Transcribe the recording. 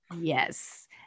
Yes